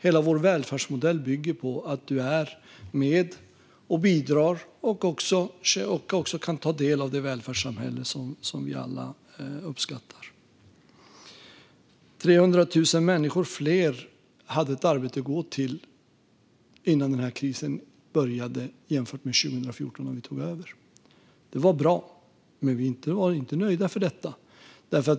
Hela vår välfärdsmodell bygger på att man är med och bidrar och därigenom kan ta del av det välfärdssamhälle som vi alla uppskattar. Innan krisen började hade 300 000 fler ett arbete att gå till jämfört med 2014 när vi tog över. Det var bra, men vi var inte nöjda.